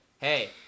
Hey